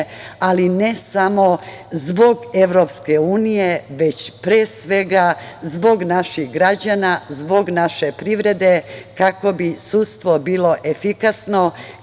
ali ne samo zbog EU, već pre svega zbog naših građana, zbog naše privrede kako bi sudstvo bilo efikasno,